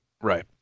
Right